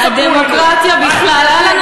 הדמוקרטיה בכלל,